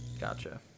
gotcha